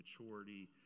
maturity